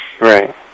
Right